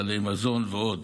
סלי מזון ועוד.